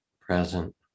present